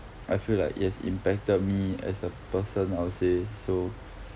I feel like it has impacted me as a person I would say so